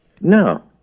No